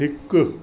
हिकु